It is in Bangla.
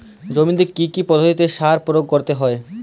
জমিতে কী কী পদ্ধতিতে সার প্রয়োগ করতে হয়?